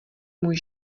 můj